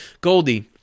Goldie